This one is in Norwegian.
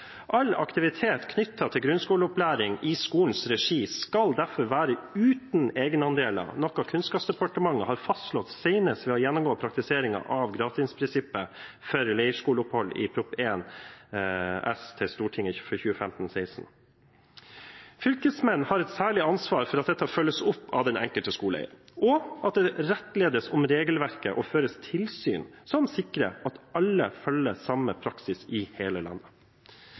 All aktivitet knyttet til grunnskoleopplæring i skolens regi skal derfor være uten egenandeler, noe Kunnskapsdepartementet har fastslått senest ved å gjennomgå praktiseringen av gratisprinsippet for leirskoleopphold i Prop. 1 S for 2015–2016 til Stortinget. Fylkesmannen har et særlig ansvar for at dette følges opp av den enkelte skoleeier, og at det rettledes om regelverket og føres tilsyn som sikrer at alle i hele landet følger samme praksis.